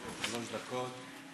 שלוש דקות.